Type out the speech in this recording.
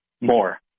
more